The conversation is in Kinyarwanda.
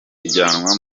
kujyanwa